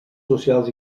socials